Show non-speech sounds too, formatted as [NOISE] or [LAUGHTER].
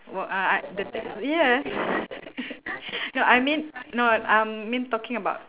what uh I the ta~ yes [LAUGHS] no I mean no I mean talking about